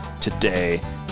today